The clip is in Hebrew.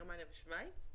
גרמניה ושוויץ,